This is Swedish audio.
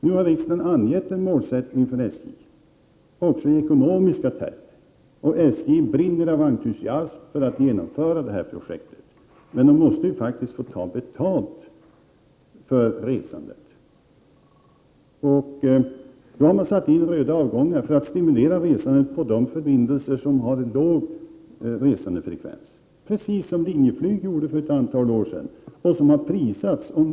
Nu har riksdagen angett en målsättning för SJ, också i ekonomiska termer, och SJ brinner av entusiasm för att genomföra detta projekt. Men SJ måste faktiskt få ta betalt för resandet, och då har man satt in röda avgångar för att stimulera resandet på de förbindelser som har låg resandefrekvens. Det var just det som Linjeflyg gjorde för ett antal år sedan och som har prisats.